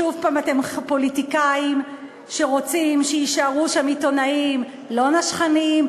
שוב אתם פוליטיקאים שרוצים שיישארו שם עיתונאים לא נשכניים,